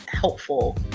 helpful